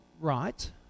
right